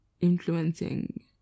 influencing